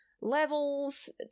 levels